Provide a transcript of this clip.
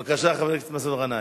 בבקשה, חבר הכנסת מסעוד גנאים,